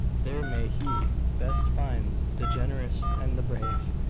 there may he best find the generous and the brave.